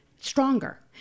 stronger